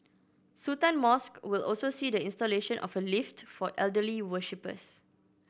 Sultan Mosque will also see the installation of a lift for elderly worshippers